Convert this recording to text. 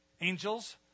Angels